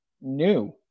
new